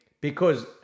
Because-